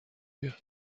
بیاد